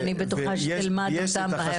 אני בטוחה שתלמד אותם מהר מאוד.